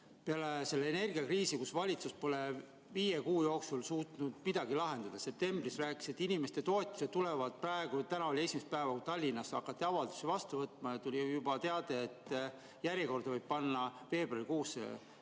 Peale selle [on] energiakriis, kus valitsus pole viie kuu jooksul suutnud midagi lahendada. Septembris räägiti, et inimeste toetused tulevad. Täna hakati esimest päeva Tallinnas avaldusi vastu võtma ja tuli juba teade, et järjekorda saab panna veebruarikuusse,